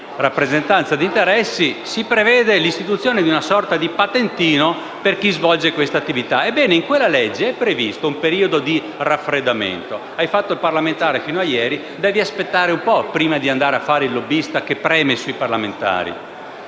di rappresentanza di interessi, si prevede l'istituzione di una sorta di patentino per chi svolge questa attività. Ebbene, in quella legge è previsto un periodo di "raffreddamento": se si è fatto il parlamentare fino a ieri, si deve aspettare un po' prima di andare a fare il lobbista che preme sui parlamentari.